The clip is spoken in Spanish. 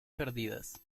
perdidas